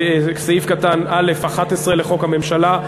סעיף 9(א)(11) לחוק הממשלה,